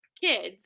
kids